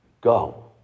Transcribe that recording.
Go